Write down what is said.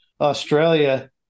Australia